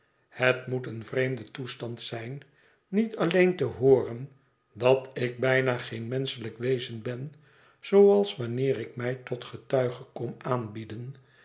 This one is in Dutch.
het moet een vreemde toestand zijn niet alleen te hooren dat ik bijna geen menschelijk wezen ben zooals wanneer ik mij tot